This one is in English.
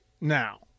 now